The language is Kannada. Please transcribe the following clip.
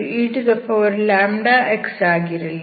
yxeλx ಆಗಿರಲಿ